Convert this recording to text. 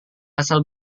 asal